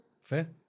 fair